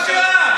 רק שנייה.